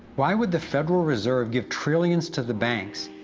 why would the federal reserve give trillions to the banks,